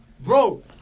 Bro